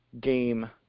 game